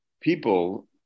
people